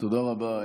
תודה רבה.